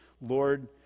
Lord